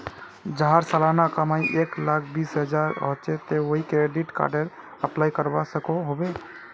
जहार सालाना कमाई एक लाख बीस हजार होचे ते वाहें क्रेडिट कार्डेर अप्लाई करवा सकोहो होबे?